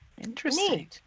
Interesting